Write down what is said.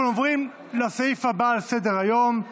אנחנו עוברים לסעיף הבא על סדר-היום,